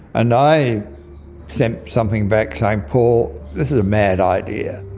and i sent something back saying, paul, this is a mad idea.